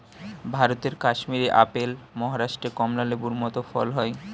ভারতের কাশ্মীরে আপেল, মহারাষ্ট্রে কমলা লেবুর মত ফল হয়